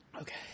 okay